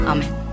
Amen